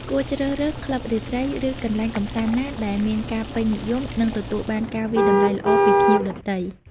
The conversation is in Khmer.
គួរជ្រើសរើស ក្លឹបរាត្រី ឬកន្លែងកម្សាន្តណាដែលមានការពេញនិយម និងទទួលបាន ការវាយតម្លៃល្អពីភ្ញៀវដទៃ។